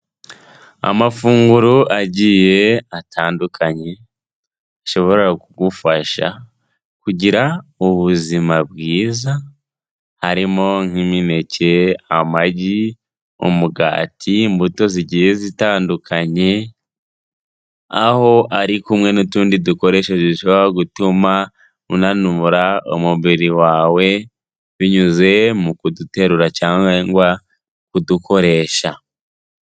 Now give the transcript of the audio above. Amafunguro agiye atandukanye, ashobora kugufasha kugira ubuzima bwiza, harimo nk'imineke, amagi, umugati, imbuto zigiye zitandukanye, aho ari kumwe n'utundi dukoresho dushobora gutuma unanura umubiri wawe, binyuze mu kuduterura cyangwa kudukoresha.